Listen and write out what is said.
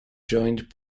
joined